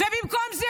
במקום זה,